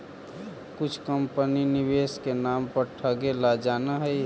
कुछ कंपनी निवेश के नाम पर ठगेला जानऽ हइ